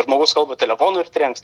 žmogus kalba telefonu ir trenks